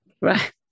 Right